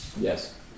Yes